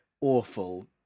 awful